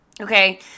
Okay